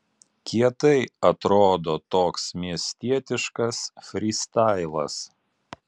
kietai atrodo toks miestietiškas frystailas